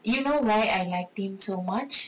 you know why I like him so much